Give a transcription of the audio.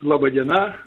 laba diena aš